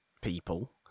people